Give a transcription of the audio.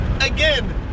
Again